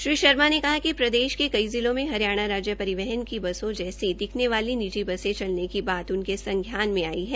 श्री शर्मा ने कहा कि प्रदेश के कई जिलों में हरियाणा राज्य परिवहन की बसों जैसी दिखने वाली निजी बसें चलने की बात उनके संज्ञान में आई है